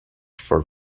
for